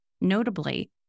Notably